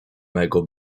mego